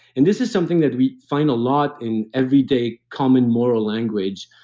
and this is something that we find a lot in every day common moral language.